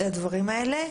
לדברים האלה.